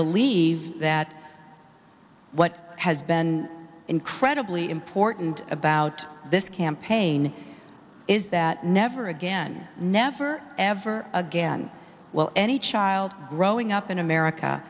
believe that what has been incredibly important about this campaign is that never again never ever again well any child growing up in america